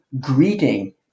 greeting